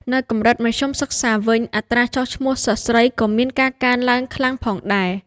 នៅកម្រិតមធ្យមសិក្សាវិញ អត្រាចុះឈ្មោះសិស្សស្រីក៏មានការកើនឡើងខ្លាំងផងដែរ។